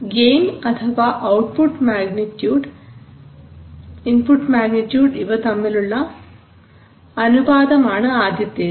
gain അഥവാ output magnitude input magnitude ഇവ തമ്മിലുള്ള അനുപാതം ആണ് ആദ്യത്തേത്